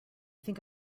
think